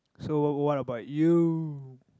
so wh~ what about you